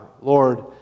Lord